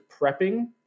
prepping